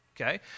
Okay